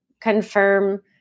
confirm